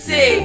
See